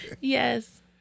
Yes